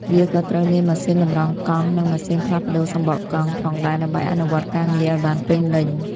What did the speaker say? វាក៏ត្រូវមាន ម៉ាស៊ីនតម្រង់កង់ និង ម៉ាស៊ីនផ្លាស់ប្តូរសំបកកង់ ផងដែរដើម្បីអនុវត្តការងារឱ្យបានពេញលេញ។